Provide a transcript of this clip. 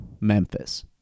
Memphis